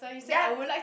ya l~